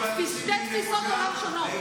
אלה שתי תפיסות עולם שונות.